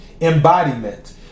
embodiment